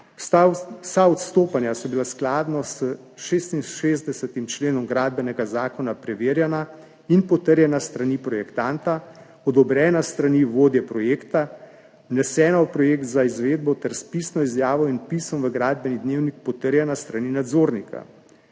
Vsa odstopanja so bila v skladu s 66. členom Gradbenega zakona preverjena in potrjena s strani projektanta, odobrena s strani vodje projekta, vnesena v projekt za izvedbo ter s pisno izjavo in vpisom v gradbeni dnevnik potrjena s strani nadzornika.